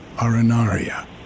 arenaria